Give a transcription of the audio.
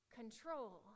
control